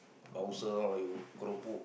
bouncer ah you keropok